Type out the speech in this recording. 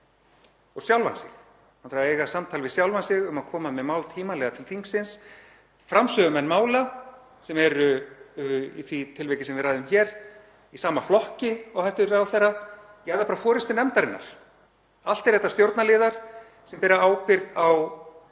og sjálfan sig. Hann þarf að eiga samtal við sjálfan sig um að koma með mál tímanlega til þingsins, við framsögumenn mála, sem eru í því tilviki sem við ræðum hér í sama flokki og hæstv. ráðherra, eða bara forystu nefndarinnar. Allt eru þetta stjórnarliðar sem bera ábyrgð á